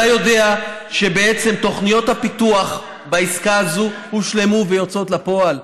אתה יודע שבעצם תוכניות הפיתוח בעסקה הזו הושלמו ויוצאות לפועל?